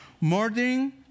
Murdering